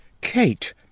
kate